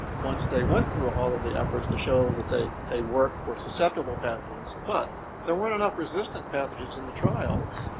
once they went through all of the efforts to show that they they work for susceptible pathogens, but there weren't enough resistant pathogens in the trials.